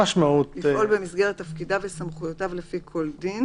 לפעול במסגרת תפקידיו וסמכויותיו לפי כל דין